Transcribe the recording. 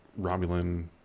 Romulan